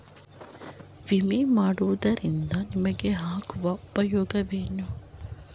ವಿಮೆ ಮಾಡಿಸುವುದರಿಂದ ನಮಗೆ ಆಗುವ ಉಪಯೋಗವೇನು?